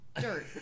Dirt